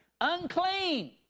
unclean